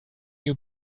you